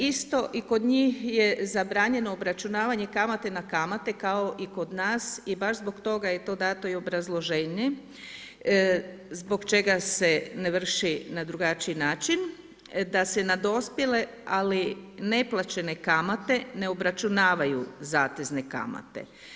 Isto i kod njih je zabranjeno obračunavanje kamate na kamate, kao i kod nas i baš zbog toga je to dato i obrazloženje zbog čega se ne vrši na drugačiji način, da se na dospijele, ali neplaćene kamate ne obračunavaju zatezne kamate.